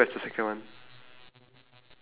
okay it's the red one is the first one right